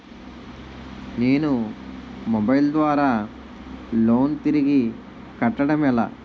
నేను మొబైల్ ద్వారా లోన్ తిరిగి కట్టడం ఎలా?